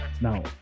Now